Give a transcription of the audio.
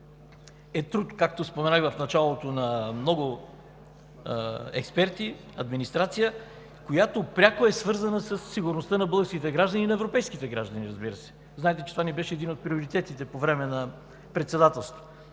е труд, както споменах в началото, на много експерти, администрация, която пряко е свързана със сигурността на българските и на европейските граждани – знаете, че това ни беше един от приоритетите по време на Председателството.